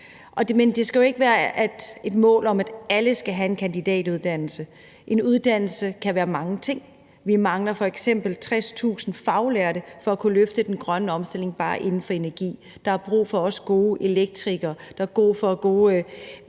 Men det skal jo ikke være et mål, at alle skal have en kandidatuddannelse. En uddannelse kan være mange ting. Vi mangler f.eks. 60.000 faglærte for at kunne løfte den grønne omstilling bare inden for energi. Der er også brug for gode elektrikere, for gode